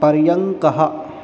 पर्यङ्कः